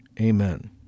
Amen